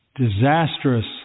disastrous